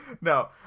no